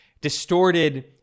distorted